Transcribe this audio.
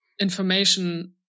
information